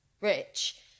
rich